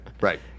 Right